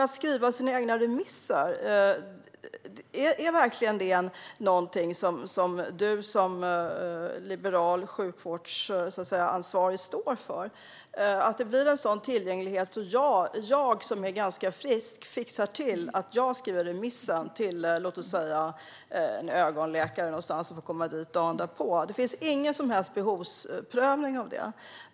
Att skriva sina egna remisser, är det verkligen något som du som liberal sjukvårdsansvarig står för - att det blir en sådan tillgänglighet att jag som är ganska frisk skriver remissen till låt oss säga en ögonläkare någonstans och får komma dit dagen därpå? Det finns ingen som helst behovsprövning av det.